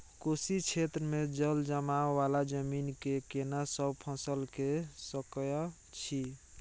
कोशी क्षेत्र मे जलजमाव वाला जमीन मे केना सब फसल के सकय छी?